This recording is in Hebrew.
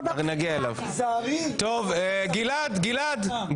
הצעת חוק-יסוד: השפיטה (תיקון מס' 3) (חיזוק הפרדת הרשויות).